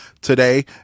today